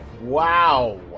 wow